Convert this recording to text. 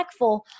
impactful